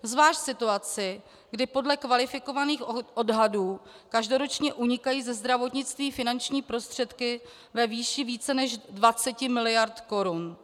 Zvlášť v situaci, kdy podle kvalifikovaných odhadů každoročně unikají ze zdravotnictví finanční prostředky ve výši více než 20 mld. korun.